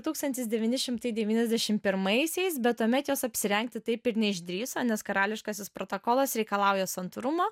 tūkstantis devyni šimtai devyniasdešim pirmaisiais bet tuomet jos apsirengti taip ir neišdrįso nes karališkasis protokolas reikalauja santūrumo